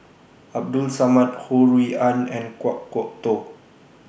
Abdul Samad Ho Rui An and Kan Kwok Toh